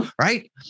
right